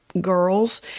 girls